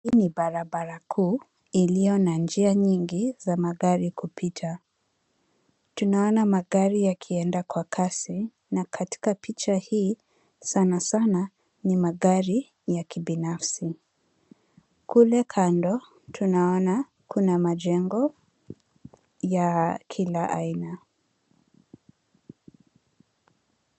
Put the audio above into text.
Hii ni barabara kuu iliyo na njia nyingi za magari kupita. Tunaona magari yakienda kwa kasi na katika picha hii, sanasana ni magari ya kibinafsi. Kule kando tunaona kuna majengo ya kila aina.